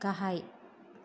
गाहाय